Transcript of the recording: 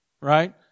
right